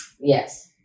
Yes